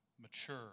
mature